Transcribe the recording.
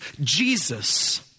Jesus